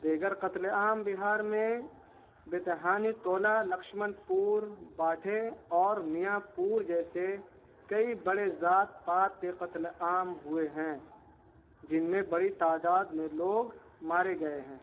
دیگر قتل عام بہار میں بتحانی طولہ لکشمن پور باٹھے اور میا پور جیسے کئی بڑے ذات پات کے قتل عام ہوئے ہیں جن میں بڑی تعداد میں لوگ مارے گئے ہیں